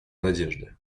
надежды